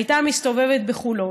הייתה מסתובבת בחולון,